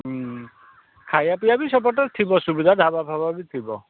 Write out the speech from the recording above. ହଁ ଖାଇବା ପିଇବା ବି ସେପଟରେ ଥିବ ସୁବିଧା ଢ଼ାବାଫାବା ବି ଥିବ